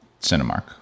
Cinemark